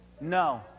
no